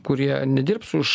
kurie nedirbs už